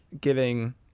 giving